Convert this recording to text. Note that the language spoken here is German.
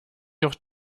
auch